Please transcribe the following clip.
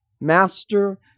master